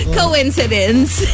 coincidence